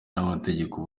n’amategeko